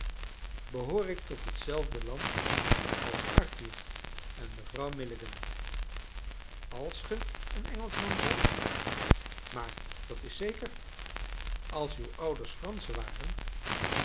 behoor ik tot hetzelfde land als arthur en mevrouw milligan als ge een engelschman zijt maar dat is zeker als uw ouders franschen waren